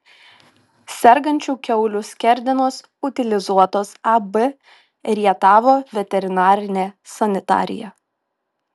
sergančių kiaulių skerdenos utilizuotos ab rietavo veterinarinė sanitarija